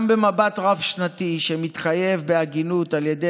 גם במבט רב-שנתי מתחייב בהגינות על ידי